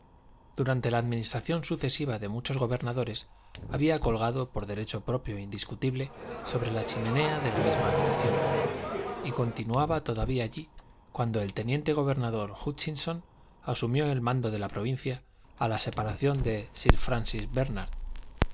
durante la administración sucesiva de muchos gobernadores había colgado por derecho propio e indiscutible sobre la chimenea de la misma habitación y continuaba todavía allí cuando el teniente gobernador hútchinson asumió el mando de la provincia a la separación de sir francis bérnard